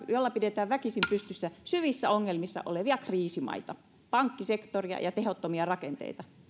jolla pidetään väkisin pystyssä syvissä ongelmissa olevia kriisimaita pankkisektoria ja tehottomia rakenteita